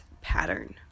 pattern